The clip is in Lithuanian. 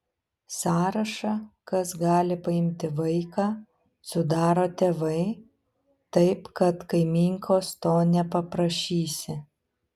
sąrašą kas gali paimti vaiką sudaro tėvai taip kad kaimynkos to nepaprašysi